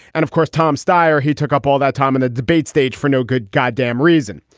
and of course, tom stier, he took up all that time in the debate stage for no good goddamn reason.